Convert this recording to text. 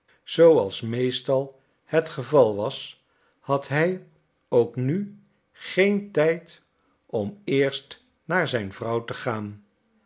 zooals meestal het geval was had hij ook nu geen tijd om eerst naar zijn vrouw te gaan